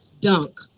dunk